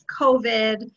COVID